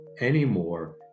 anymore